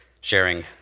sharing